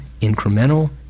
incremental